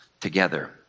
together